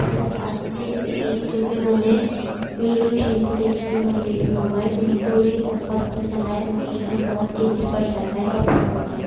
پسند آئی تھی یہ مشین جو کہ انہوں نے میری مشین کو دیکھ کر انہوں نے بھی منگوائی ان کو بھی بہت پسند آئی ان کو بھی اب بہت ایزی پڑ جاتا ہے کپڑے دھونا